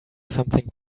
something